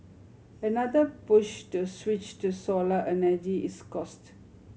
another push to switch to solar energy is cost